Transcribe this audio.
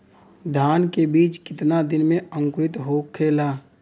धान के बिज कितना दिन में अंकुरित होखेला?